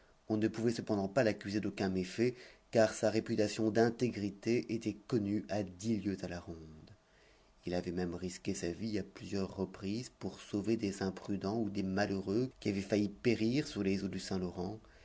on ne pouvait cependant pas l'accuser d'aucun méfait car sa réputation d'intégrité était connue à dix lieues à la ronde il avait même risqué sa vie à plusieurs reprises pour sauver des imprudents ou des malheureux qui avaient failli périr sur les eaux du saint-laurent